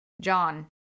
John